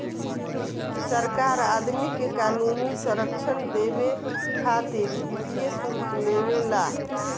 सरकार आदमी के क़ानूनी संरक्षण देबे खातिर वित्तीय शुल्क लेवे ला